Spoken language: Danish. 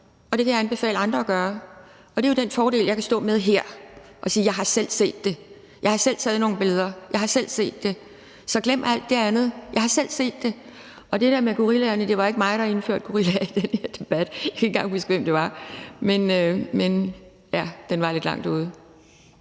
og det ville jeg anbefale andre at gøre. Det er jo med den fordel, jeg kan stå med her og sige: Jeg har selv set det, jeg har selv taget nogle billeder. Så glem alt det andet. Jeg har selv set det! Og det der med gorillaerne var ikke mig. Det var ikke mig, der indførte gorillaer i den her debat. Jeg kan ikke engang huske, hvem det var, men ja, den var lidt langt ude.